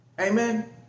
Amen